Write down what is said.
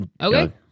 Okay